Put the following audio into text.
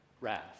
wrath